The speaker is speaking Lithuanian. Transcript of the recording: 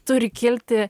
turi kilti